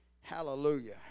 Hallelujah